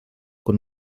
quan